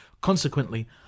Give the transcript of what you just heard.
Consequently